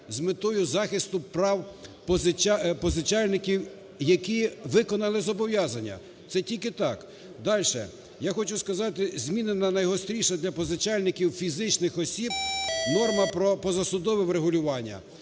з метою захисту прав позичальників, які виконали зобов'язання. Це тільки так. Дальше. Я хочу сказати, змінена найгостріша для позичальників - фізичних осіб норма про позасудове врегулювання.